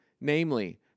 namely